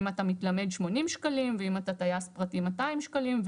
אם אתה מתלמד 80 שקלים ואם אתה טייס פרטי 200 שקלים.